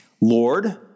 Lord